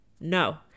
No